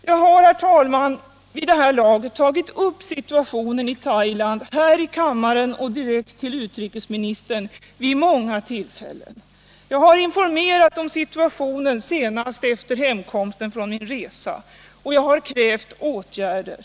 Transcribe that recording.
Jag har, herr talman, vid det här laget tagit upp situationen i Thailand här i kammaren och direkt för utrikesministern vid många tillfällen. Jag har informerat om situationen, senast efter hemkomsten från min resa, och jag har krävt åtgärder.